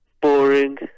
Boring